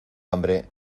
hambre